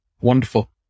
Wonderful